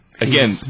Again